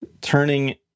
turning